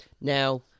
Now